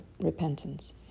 repentance